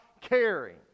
caring